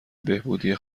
بهبودی